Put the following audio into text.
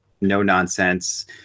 no-nonsense